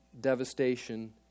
devastation